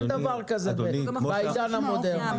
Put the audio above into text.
אין דבר כזה בעידן המודרני.